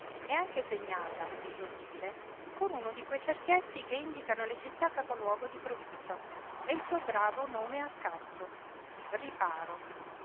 e anche segnata vi so dire con uno di quei cerchietti che indicano le città capoluogo di provincia e il suo bravo nome accanto riparo